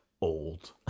old